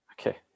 Okay